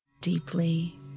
Deeply